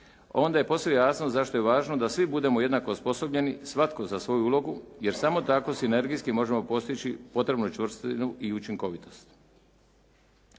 onda je posve jasno zašto je važno da svi budemo jednako osposobljeni svatko za svoju ulogu jer samo tako sinergijski možemo postići potrebnu čvrstinu i učinkovitost.